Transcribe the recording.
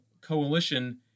coalition